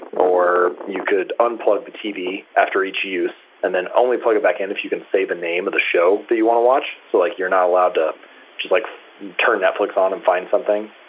or you could unplug the tv after each use, and then only plug it back in if you can say the name of the show that you want to watch. so like you're not allowed to just like turn netflix on and find something.